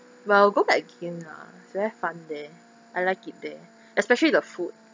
will go back again lah it's very fun there I like it there especially the food